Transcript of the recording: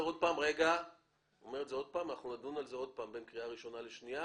שוב שאנחנו נדון על זה שוב בין קריאה ראשונה לשנייה.